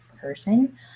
person